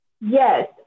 Yes